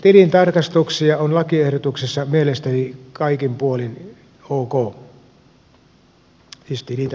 tilintarkastusasia on lakiehdotuksessa mielestäni kaikin puolin ok